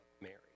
mary